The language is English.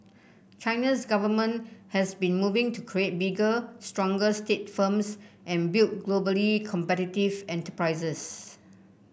China's government has been moving to create bigger stronger state firms and build globally competitive enterprises